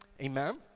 Amen